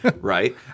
right